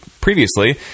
previously